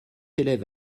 élève